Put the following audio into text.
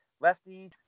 lefty